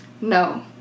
No